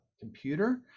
computer